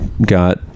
got